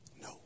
No